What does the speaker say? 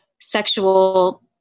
sexual